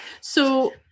So-